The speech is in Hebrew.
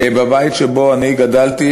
בבית שבו אני גדלתי,